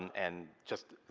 and just.